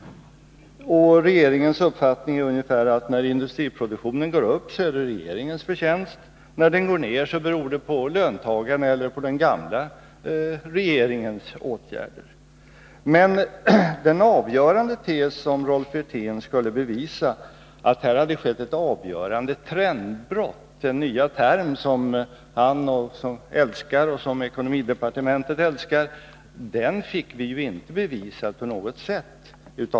Regeringens uppfattning är ungefär att när industriproduktionen går upp är det regeringens förtjänst. När den går ned beror det på löntagarna, eller på den gamla regeringens åtgärder. Men vi fick inte genom bilderna på tavlan något bevis för den avgörande tes som Rolf Wirtén skulle bevisa, att det här skett ett trendbrott — den nya term som Rolf Wirtén och ekonomidepartementet älskar.